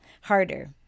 harder